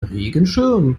regenschirm